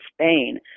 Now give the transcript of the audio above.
Spain